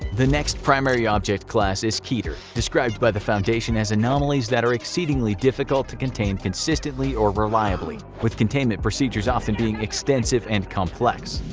the next primary object class is keter, described by the foundation as anomalies that are exceedingly difficult to contain consistently or reliably, with containment procedures often being extensive and complex.